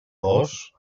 dos